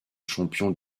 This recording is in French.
champion